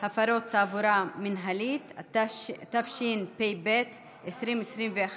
הפרות תעבורה מינהליות, התשפ"ב 2021,